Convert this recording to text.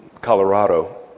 Colorado